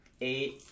Eight